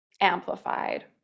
amplified